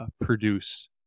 produce